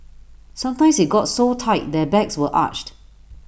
sometimes IT got so tight their backs were arched